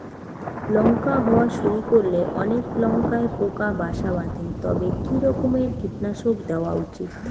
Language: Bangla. লঙ্কা হওয়া শুরু করলে অনেক লঙ্কায় পোকা বাসা বাঁধে তবে কি রকমের কীটনাশক দেওয়া উচিৎ?